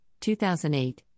2008